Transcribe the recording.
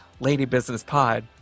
LadyBusinessPod